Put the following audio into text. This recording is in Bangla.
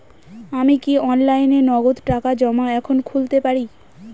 আমি কি অনলাইনে নগদ টাকা জমা এখন খুলতে পারি?